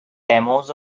demos